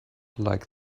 like